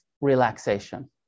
relaxation